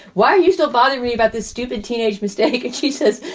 why are you still following me about this stupid teenage mistake? and she says,